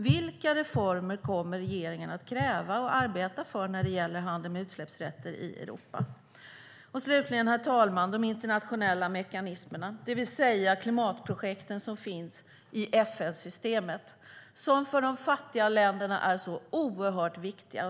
Vilka reformer kommer regeringen att kräva och arbeta för när det gäller handel med utsläppsrätter i Europa? Herr talman! Slutligen handlar det om de internationella mekanismerna, det vill säga de klimatprojekt som finns i FN-systemet och som är så oerhört viktiga för de fattiga länderna.